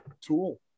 tool